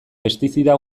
pestizida